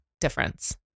difference